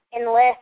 enlist